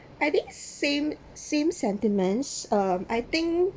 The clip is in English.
I think same same sentiments um I think